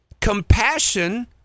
compassion